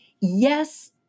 yes